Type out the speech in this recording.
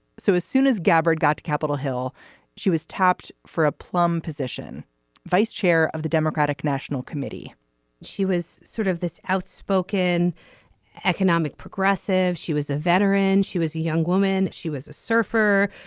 so as soon as gabbard got to capitol hill she was tapped for a plum position vice chair of the democratic national committee she was sort of this outspoken economic progressive. she was a veteran. she was a young woman. she was a surfer.